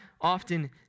often